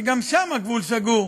שגם שם הגבול סגור.